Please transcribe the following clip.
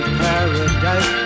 paradise